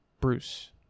Bruce